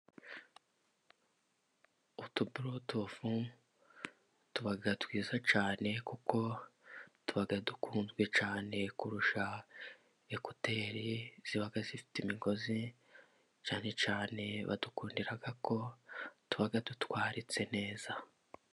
Utuburutufu tuba twiza cyane, kuko tuba dukunzwe cyane kurusha ekuteri ziba zifite imigozi, cyane cyane badukundira ko tuba dutwararitse neza.